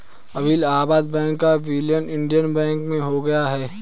अभी इलाहाबाद बैंक का विलय इंडियन बैंक में हो गया है